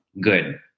good